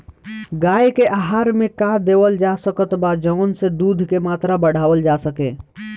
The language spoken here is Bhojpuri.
गाय के आहार मे का देवल जा सकत बा जवन से दूध के मात्रा बढ़ावल जा सके?